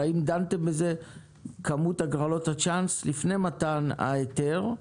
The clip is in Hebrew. האם דנתם בכמות הגרלות הצ'אנס לפי נמתן ההיתר?